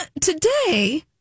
today